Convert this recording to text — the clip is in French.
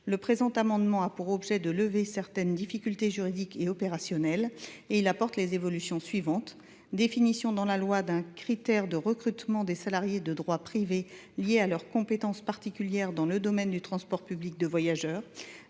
Cet amendement a pour objet de lever certaines difficultés juridiques et opérationnelles et d’apporter les évolutions suivantes. Premièrement, il tend à ce que la loi définisse un critère de recrutement des salariés de droit privé, lié à leurs compétences particulières dans le domaine du transport public de voyageurs.